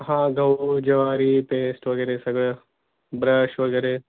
हा गहू ज्वारी पेस्ट वगैरे सगळं ब्रश वगैरे